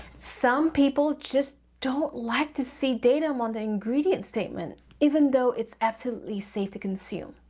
some people just don't like to see datem on their ingredient statement, even though it's absolutely safe to consume.